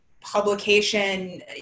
publication